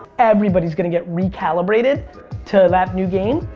everybody's gonna get re-calibrated to that new game,